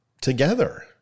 together